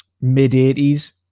mid-80s